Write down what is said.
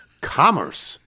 commerce